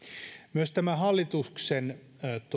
myös tämän hallituksen